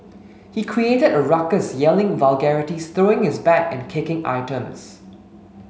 he created a ruckus yelling vulgarities throwing his bag and kicking items